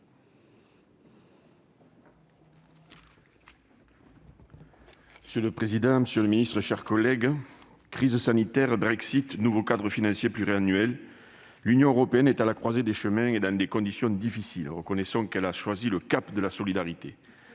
Monsieur le président, monsieur le secrétaire d'État, chers collègues, crise sanitaire, Brexit, nouveau cadre financier pluriannuel : l'Union européenne est à la croisée des chemins, et dans des conditions difficiles. Reconnaissons qu'elle a choisi le cap de la solidarité.